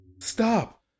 Stop